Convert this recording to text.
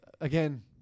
Again